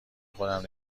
خودم